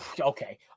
okay